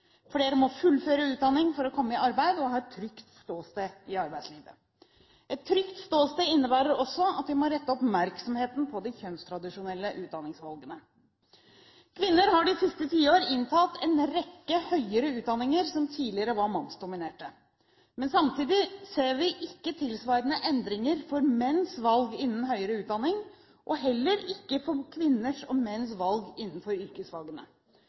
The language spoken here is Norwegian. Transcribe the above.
Flere må fullføre utdanning for å komme i arbeid og ha et trygt ståsted i arbeidslivet. Et trygt ståsted innebærer også at vi må rette oppmerksomheten mot de kjønnstradisjonelle utdanningsvalgene. Kvinner har de siste tiårene inntatt en rekke høyere utdanninger som tidligere var mannsdominerte, men samtidig ser vi ikke tilsvarende endringer for menns valg innen høyere utdanning, og heller ikke for kvinners og menns valg innen yrkesfagene.